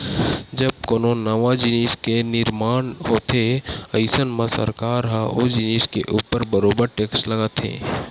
जब कोनो नवा जिनिस के निरमान होथे अइसन म सरकार ह ओ जिनिस के ऊपर बरोबर टेक्स लगाथे